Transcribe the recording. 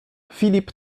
filip